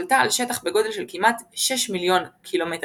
שלטה על שטח בגודל של כמעט 6 מיליון קמ"ר,